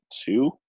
two